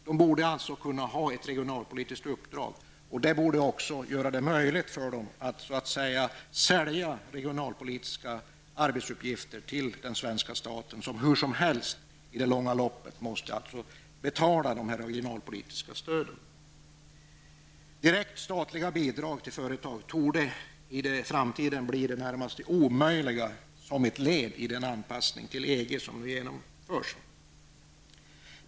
De borde alltså kunna ha ett regionalpolitiskt uppdrag. Det borde också göra det möjligt för dem att sälja regionalpolitiska arbetsuppgifter till den svenska staten som i det långa loppet måste betala dessa regionalpolitiska stöd. Direkta statliga bidrag till företag torde i framtiden bli i det närmaste omöjliga som ett led i den anpassning till EG som genomförs.